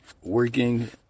working